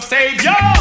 Savior